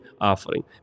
offering